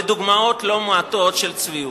לדוגמאות לא מעטות של צביעות,